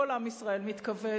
כל עם ישראל מתכווץ.